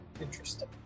Interesting